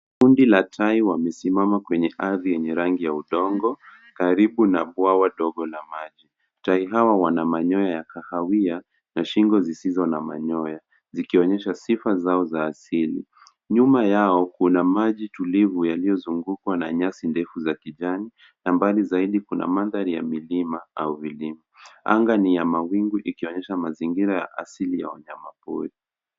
Kundi la tai wamesimama kwenye ardhi ya udongo karibu na bwawa ndogo la maji. Tai hawa wana manyoya ya kahawia na wanashingo zisizo na manyoya zikionyesha sifa zao za asili. Nyuma yao kuna maji tulivu yaliozungukwa na nyasi ndefu za kijani na mbali zaidi kuna mandhari ya milima au vilima. Anga ni ya mawingu ikionyesha mazingira asili ya wanyama pori.